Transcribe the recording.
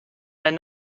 their